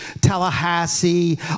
Tallahassee